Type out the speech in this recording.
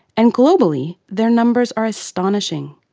and globally, their numbers are astonishing!